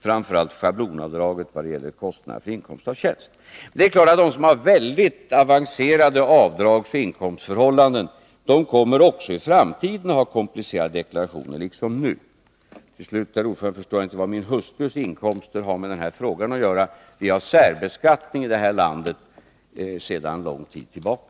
Framför allt gäller det schablonavdraget vad gäller kostnader för inkomst av tjänst. Det är klart att de som har väldigt avancerade avdragsoch inkomstförhållanden också i framtiden liksom nu kommer att ha komplicerade deklarationer. Till slut, herr talman, förstår jag inte vad min hustrus inkomster har med den här frågan att göra. Vi har särbeskattning i det här landet sedan lång tid tillbaka.